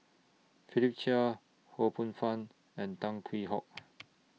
Philip Chia Ho Poh Fun and Tan Hwee Hock